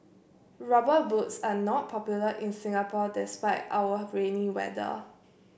rubber boots are not popular in Singapore despite our rainy weather